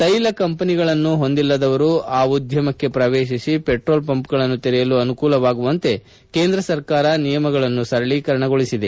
ತೈಲ ಕಂಪನಿಗಳನ್ನು ಹೊಂದಿಲ್ಲದವರು ಆ ಉದ್ಯಮಕ್ಕೆ ಪ್ರವೇಶಿಸಿ ಪೆಟ್ರೋಲ್ ಪಂಪ್ಗಳನ್ನು ತೆರೆಯಲು ಅನುಕೂಲವಾಗುವಂತೆ ಕೇಂದ್ರ ಸರ್ಕಾರ ನಿಯಮಗಳನ್ನು ಸರಳೀಕರಣಗೊಳಿಸಿದೆ